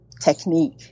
technique